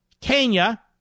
Kenya